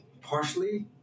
partially